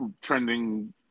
trending